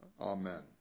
amen